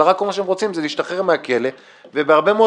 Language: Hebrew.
אלא מה שהם רוצים זה להשתחרר מהכלא ובהרבה מאוד